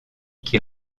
qui